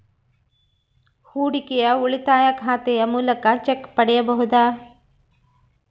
ಹೂಡಿಕೆಯ ಉಳಿತಾಯ ಖಾತೆಯ ಮೂಲಕ ಚೆಕ್ ಪಡೆಯಬಹುದಾ?